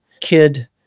kid